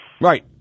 Right